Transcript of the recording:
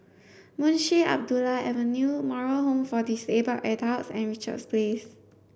Munshi Abdullah Avenue Moral Home for Disabled Adults and Richards Place